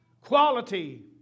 quality